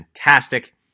fantastic